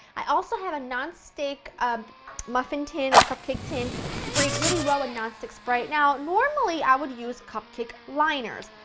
i also have a non-stick um muffin tin or cupcake tin, sprayed really well with and non-stick spray. now normally i would use cupcake liners.